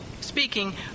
speaking